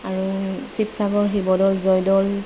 আৰু শিৱসাগৰ শিৱদৌল জয়দৌল